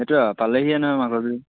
সেইটোৱে আৰু পালেহিয়ে নহয় মাঘৰ বিহু